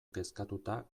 kezkatuta